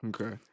Okay